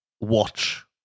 watch